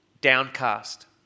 downcast